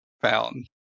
found